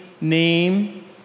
name